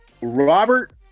Robert